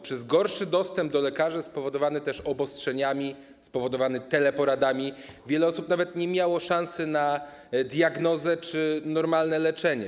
Przez gorszy dostęp do lekarzy, też spowodowany obostrzeniami, spowodowany teleporadami, wiele osób nawet nie miało szansy na diagnozę czy normalne leczenie.